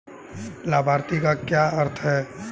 लाभार्थी का क्या अर्थ है?